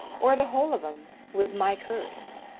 or the whole of em with my curse?